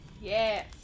Yes